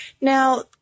Now